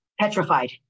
petrified